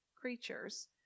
creatures